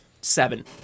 seven